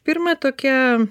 pirma tokia